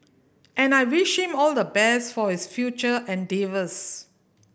and I wish him all the best for his future endeavours